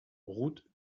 route